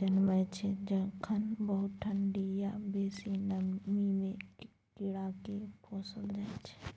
जनमय छै जखन बहुत ठंढी या बेसी नमीमे कीड़ाकेँ पोसल जाइ छै